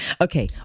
Okay